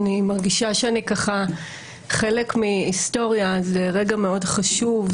אני מרגישה שאני חלק מהיסטוריה אז זה רגע מאוד חשוב.